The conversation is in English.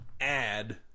add